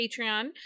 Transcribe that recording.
Patreon